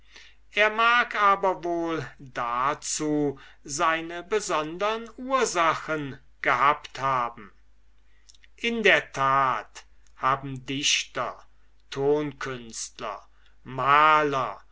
er mag aber wohl dazu seine besondern ursachen gehabt haben in der tat haben dichter tonkünstler maler